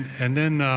and then